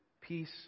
peace